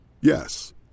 Yes